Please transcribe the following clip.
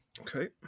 Okay